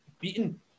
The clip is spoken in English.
beaten